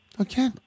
Okay